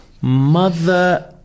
Mother